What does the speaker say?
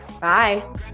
Bye